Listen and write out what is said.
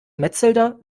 metzelder